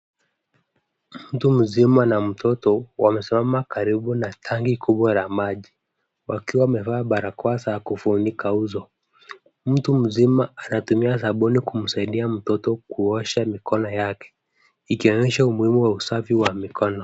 Mtu mzima na mtoto wamesimama karibu na tanki kubwa la maji, wakiwa wamevaa barakoa za kufunika uso. Mtu mzima anatumia sabuni kumsaidia mtoto kuosha mikono yake, ikionyesha umuhimu wa usafi wa mikono.